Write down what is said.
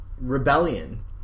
rebellion